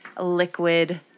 liquid